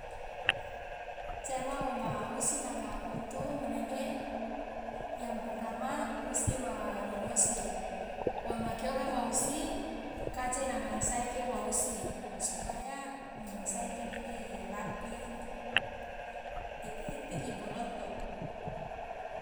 cara oma usi nanga utu menege yang pertama usi wa nonu osi wa make oka ma usi kaje nanga saeke wa usi supaya nanga saeke nege irapi itaiti iboloto.